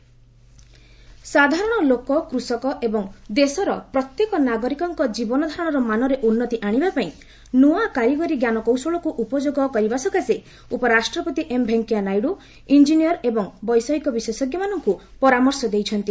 vice president IIT ସାଧାରଣ ଲୋକ କୃଷକ ଏବଂ ଦେଶର ପ୍ରତ୍ୟେକ ନାଗରିକଙ୍କ ଜୀବନଧାରଣ ମାନରେ ଉନ୍ନତି ଆଶିବାପାଇଁ ନୂଆ କାରିଗରି ଜ୍ଞାନକୌଶଳକୁ ଉପଯୋଗ କରିବା ସକାଶେ ଉପରାଷ୍ଟ୍ରପତି ଏମ୍ ଭେଙ୍କିୟା ନାଇଡୁ ଇଞ୍ଜିନିୟର୍ ଏବଂ ବୈଷୟିକ ବିଶେଷଜ୍ଞମାନଙ୍କୁ ପରାମର୍ଶ ଦେଇଛନ୍ତି